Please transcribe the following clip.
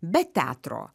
be teatro